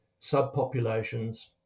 subpopulations